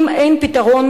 אם אין פתרון,